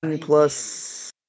Plus